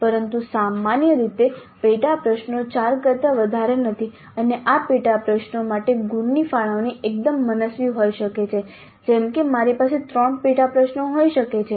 પરંતુ સામાન્ય રીતે પેટા પ્રશ્નો 4 કરતા વધારે નથી અને આ પેટા પ્રશ્નો માટે ગુણની ફાળવણી એકદમ મનસ્વી હોઈ શકે છે જેમ કે મારી પાસે 3 પેટા પ્રશ્નો હોઈ શકે છે